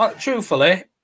Truthfully